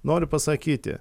noriu pasakyti